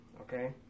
okay